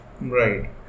right